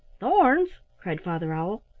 thorns! cried father owl.